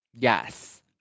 Yes